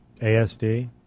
ASD